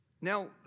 Now